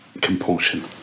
compulsion